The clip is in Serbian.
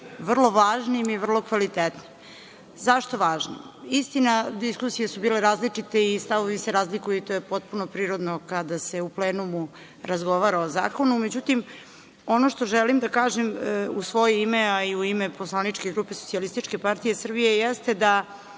vrlo važnim i vrlo kvalitetnim. Zašto važnim? Istina, diskusije su bile različite i stavovi se razlikuju, to je potpuno prirodno kada se u plenumu razgovara o zakonu, međutim, ono što želim da kažem u svoje ime, a i u ime poslaničke grupe SPS, jeste da